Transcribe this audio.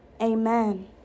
amen